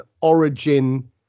origin